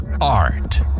art